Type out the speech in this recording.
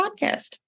podcast